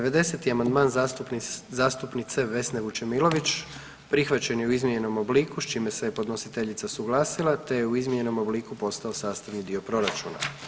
90. amandman zastupnice Vesne Vučemilović prihvaćen je u izmijenjenom obliku s čime se je podnositeljica suglasila te je u izmijenjenom obliku postao sastavni dio proračuna.